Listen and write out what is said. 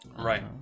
Right